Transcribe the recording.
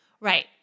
Right